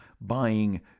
buying